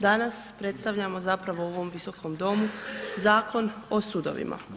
Danas predstavljamo zapravo u ovom Visokom domu zakon o sudovima.